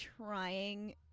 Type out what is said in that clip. trying